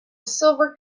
silver